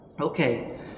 Okay